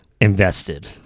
invested